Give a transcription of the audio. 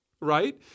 right